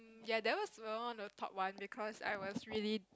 ya that was one of the top one because I was really